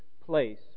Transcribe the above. place